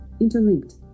Interlinked